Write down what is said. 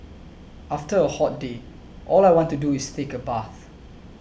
after a hot day all I want to do is take a bath